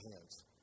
hands